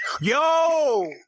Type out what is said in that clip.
Yo